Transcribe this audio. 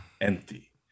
empty